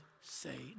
say